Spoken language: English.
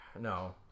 No